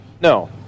No